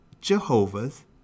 Jehovah's